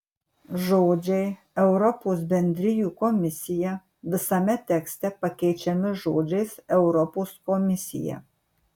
žodžiai europos bendrijų komisija visame tekste pakeičiami žodžiais europos komisija